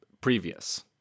previous